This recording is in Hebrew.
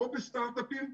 לא בסטארט-אפים,